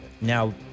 Now